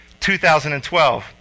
2012